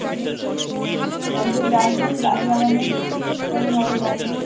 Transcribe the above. তালে এক দিন ডাকবেন গাছ লাগানো যখন হবে ডাকবেন